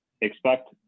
expect